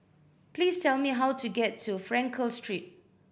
please tell me how to get to Frankel Street